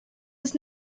his